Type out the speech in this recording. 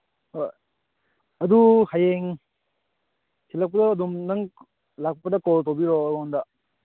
ꯍꯣꯏ ꯑꯗꯨ ꯍꯌꯦꯡ ꯊꯤꯜꯂꯛꯄꯗꯣ ꯑꯗꯨꯝ ꯅꯪ ꯂꯥꯛꯄꯗ ꯀꯣꯜ ꯇꯧꯕꯤꯔꯛꯑꯣ ꯑꯩꯉꯣꯟꯗ